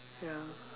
ya